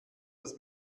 das